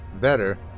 better